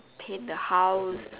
paint the house